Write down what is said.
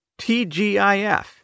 TGIF